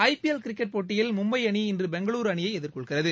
ஐ P L cricket போட்டியில் மும்பை அணி இன்று பெங்களுரு அணியை எதிர்கொள்கிறது